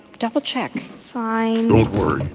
double-check fine